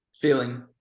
feeling